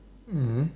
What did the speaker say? mmhmm